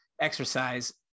exercise